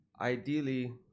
ideally